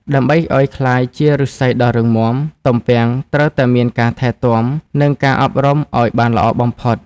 ដើម្បីឱ្យក្លាយជាឫស្សីដ៏រឹងមាំ ទំពាំងត្រូវតែមានការថែទាំ និងការអប់រំឱ្យបានល្អបំផុត។